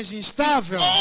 instável